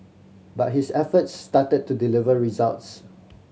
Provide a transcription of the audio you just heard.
but his efforts started to deliver results